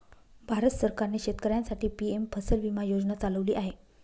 भारत सरकारने शेतकऱ्यांसाठी पी.एम फसल विमा योजना चालवली आहे